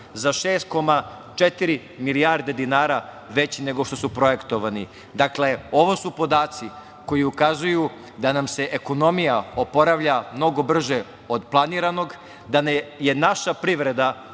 za 6,4 milijarde dinara veći nego što su projektovani. Ovo su podaci koji ukazuju da nam se ekonomija oporavlja mnogo brže od planiranog, da je naša privreda